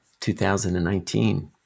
2019